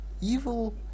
evil